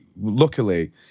luckily